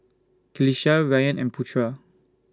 Qalisha Ryan and Putra